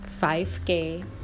5k